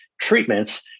treatments